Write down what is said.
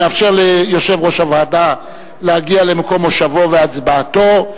נאפשר ליושב-ראש הוועדה להגיע למקום מושבו והצבעתו.